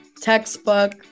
textbook